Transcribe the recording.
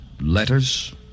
Letters